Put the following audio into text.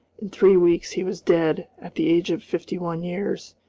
in three weeks he was dead, at the age of fifty-one years,